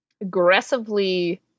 aggressively